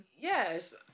Yes